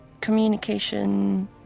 communication